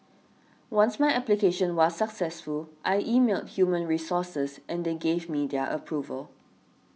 once my application was successful I emailed human resources and they gave me their approval